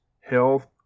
health